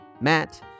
Matt